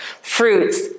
Fruits